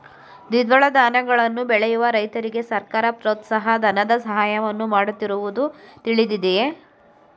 ದ್ವಿದಳ ಧಾನ್ಯಗಳನ್ನು ಬೆಳೆಯುವ ರೈತರಿಗೆ ಸರ್ಕಾರ ಪ್ರೋತ್ಸಾಹ ಧನದ ಸಹಾಯವನ್ನು ಮಾಡುತ್ತಿರುವುದು ತಿಳಿದಿದೆಯೇ?